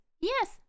Yes